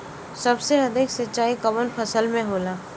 सबसे अधिक सिंचाई कवन फसल में होला?